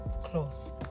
close